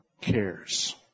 cares